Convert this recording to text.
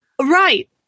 Right